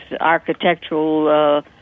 architectural